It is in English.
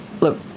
look